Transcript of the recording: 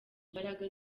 imbaraga